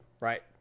Right